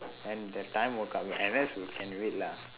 and the time will come N_S can wait lah